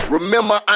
Remember